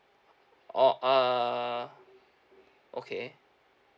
orh err okay